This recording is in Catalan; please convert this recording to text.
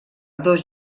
dos